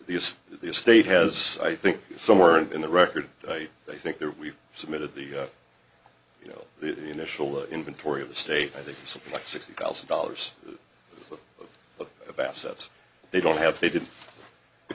use the estate has i think somewhere in the record they think that we've submitted the you know the initial inventory of the state i think something like sixty thousand dollars of assets they don't have they didn't